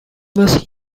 was